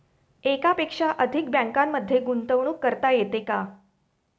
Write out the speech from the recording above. एकापेक्षा अधिक बँकांमध्ये गुंतवणूक करता येते का?